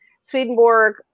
Swedenborg